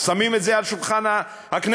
שמים את זה על שולחן הכנסת,